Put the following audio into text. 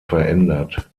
verändert